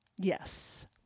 Yes